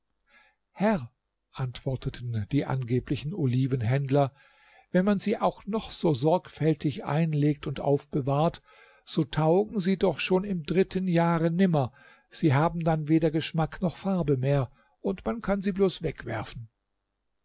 herr antworteten die angeblichen olivenhändler wenn man sie auch noch so sorgfältig einlegt und aufbewahrt so taugen sie doch schon im dritten jahre nimmer sie haben dann weder geschmack noch farbe mehr und man kann sie bloß wegwerfen